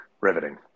Riveting